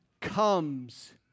comes